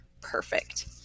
perfect